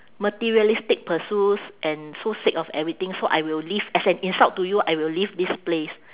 materialistic pursuits and so sick of everything so I will leave as an insult to you I will leave this place